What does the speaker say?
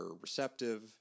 receptive